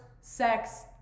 sex